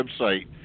website